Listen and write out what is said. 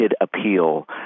appeal